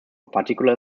particular